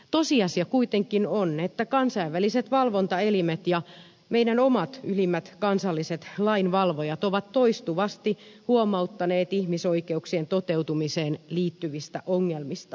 tosiasia kuitenkin on että kansainväliset valvontaelimet ja meidän omat ylimmät kansalliset lainvalvojamme ovat toistuvasti huomauttaneet ihmisoikeuksien toteutumiseen liittyvistä ongelmista